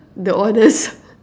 the honest